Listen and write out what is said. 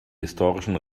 historischen